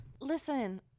Listen